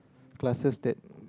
classes that